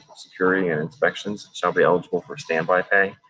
um security and inspections shall be eligible for stand by pay.